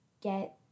get